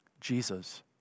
Jesus